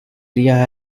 area